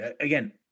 again